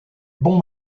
bon